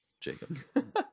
jacob